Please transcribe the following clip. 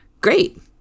great